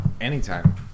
Anytime